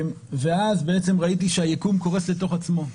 ואז בעצם ראיתי שהיקום קורס לתוך עצמו.